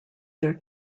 their